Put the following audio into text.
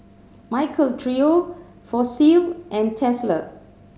Michael Trio Fossil and Tesla